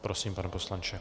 Prosím, pane poslanče.